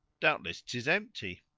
doubtless tis empty.